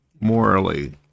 morally